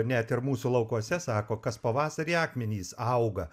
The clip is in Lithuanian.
net ir mūsų laukuose sako kas pavasarį akmenys auga